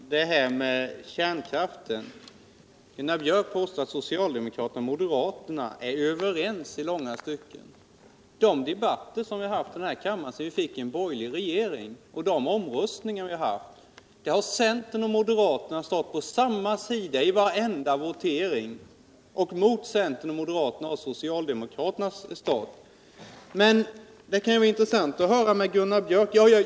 Herr talman! Jag vill först återigen ta upp frågan om kärnkraften. Gunnar Björk i Gävle påstår att socialdemokraterna och moderaterna är överens i många stycken. I de debatter som vi haft i kammaren sedan vi fick en borgerlig regering har centern och moderaterna när det gäller omröstningar stått på samma sida vid varenda votering. Mot centern och moderaterna har socialdemokraterna stått. Men det kan vara intressant att diskutera detta med Gunnar Björk.